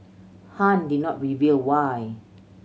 Han did not reveal why